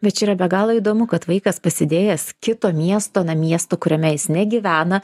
bet čia yra be galo įdomu kad vaikas pasidėjęs kito miesto na miesto kuriame jis negyvena